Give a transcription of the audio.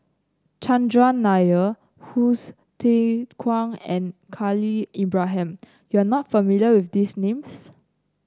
Chandran Nair Hsu Tse Kwang and Khalil Ibrahim you are not familiar with these names